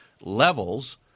levels